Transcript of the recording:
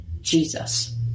Jesus